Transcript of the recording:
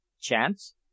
Chance